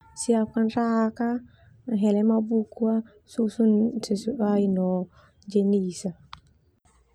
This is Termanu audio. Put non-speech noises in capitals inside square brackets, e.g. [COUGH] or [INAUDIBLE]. siapkan [UNINTELLIGIBLE] hele buku susun sesuai no jenis.